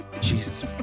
Jesus